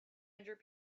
hundred